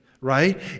right